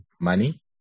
money